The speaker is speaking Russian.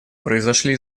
произошли